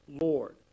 Lord